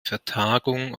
vertagung